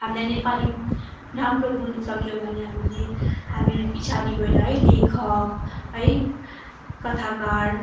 हामीलाई नेपाली राम्रो बोल्नु सक्यो भने हामीले हामी पछाडि गएर लेखक है कथाकार